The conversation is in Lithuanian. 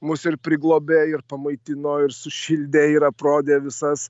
mus ir priglobė ir pamaitino ir sušildė ir aprodė visas